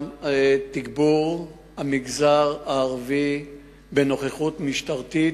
תגבור המגזר הערבי בנוכחות משטרתית,